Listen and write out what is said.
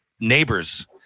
neighbors